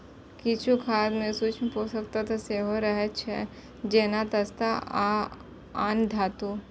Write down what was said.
किछु खाद मे सूक्ष्म पोषक तत्व सेहो रहै छै, जेना जस्ता आ आन धातु